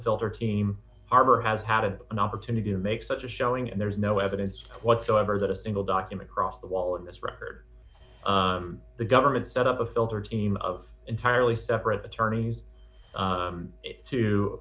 filter team arbor has had an opportunity to make such a showing and there is no evidence whatsoever that a single document cross the wall in this record the government set up a filter team of entirely separate attorneys